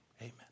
Amen